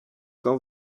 quand